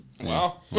Wow